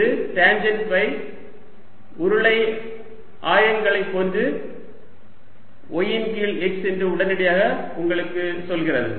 இது tangent phi உருளை ஆயங்களை போன்று y இன் கீழ் x என்று உடனடியாக உங்களுக்கு சொல்கிறது